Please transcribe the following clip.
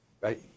right